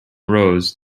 rows